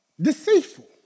deceitful